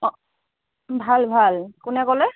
অ ভাল ভাল কোনে ক'লে